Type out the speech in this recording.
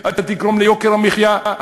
אתה תגרום ליוקר המחיה,